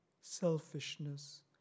selfishness